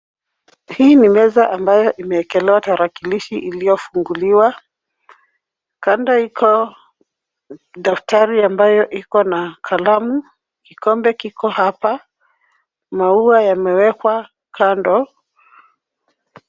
Hii ni meza ambayo imeekelewa tarakilishi iliyofunguliwa. Kando iko daftari ambayo iko na kalamu, kikombe kiko hapa, maua yamewekwa kando.